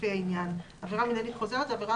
לפי העניין." עבירה מנהלית חוזרת היא עבירה